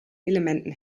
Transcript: elementen